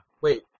Wait